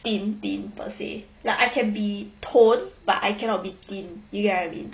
thin thin per se like I can be toned but I cannot be thin you get what I do